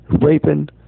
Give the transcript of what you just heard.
raping